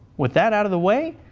with that out of the way,